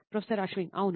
professor Ashwin అవును